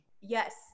Yes